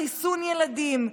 חיסון ילדים,